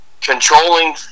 Controlling